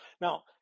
now